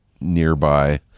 nearby